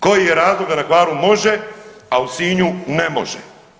Koji je razlog da na Hvaru može, a u Sinju ne može?